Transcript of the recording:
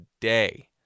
day